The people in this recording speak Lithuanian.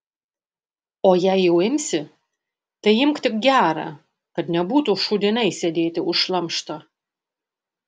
o jei jau imsi tai imk tik gerą kad nebūtų šūdinai sėdėti už šlamštą